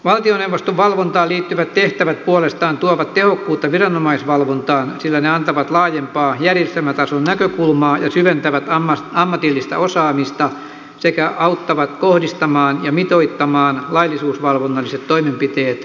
valtioneuvoston valvontaan liittyvät tehtävät puolestaan tuovat tehokkuutta viranomaisvalvontaan sillä ne antavat laajempaa järjestelmätason näkökulmaa ja syventävät ammatillista osaamista sekä auttavat kohdistamaan ja mitoittamaan laillisuusvalvonnalliset toimenpiteet vaikuttavasti